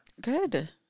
good